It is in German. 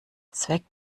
zweck